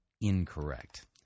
incorrect